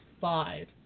five